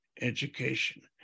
education